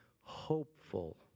hopeful